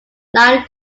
line